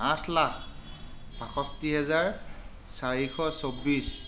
আঠ লাখ বাষষ্ঠি হেজাৰ চাৰিশ চৌবিছ